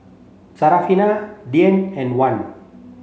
Syarafina Dian and Wan